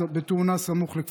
אחר כך את גופתו,